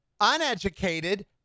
uneducated